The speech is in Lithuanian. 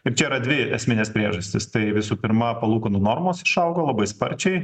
ir čia yra dvi esminės priežastys tai visų pirma palūkanų normos išaugo labai sparčiai